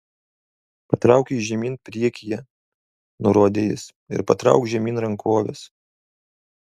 patrauk jį žemyn priekyje nurodė jis ir patrauk žemyn rankoves